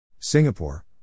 Singapore